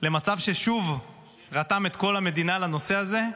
למצב ששוב רתם את כל המדינה לנושא הזה,